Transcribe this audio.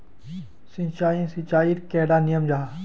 सिंचाई सिंचाईर कैडा नियम जाहा?